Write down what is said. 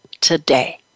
today